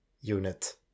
unit